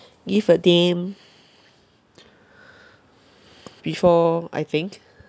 give a damn before I think